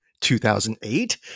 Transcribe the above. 2008